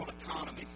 economy